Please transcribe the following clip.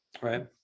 Right